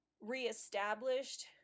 reestablished